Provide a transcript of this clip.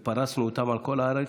פרסנו אותם על כל הארץ.